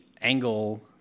angle